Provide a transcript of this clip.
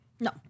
No